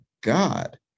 God